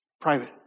Private